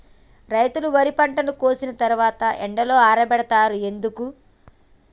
రైతులు వరి పంటను కోసిన తర్వాత ఎండలో ఆరబెడుతరు ఎందుకు?